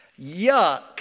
yuck